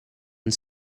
and